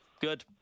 Good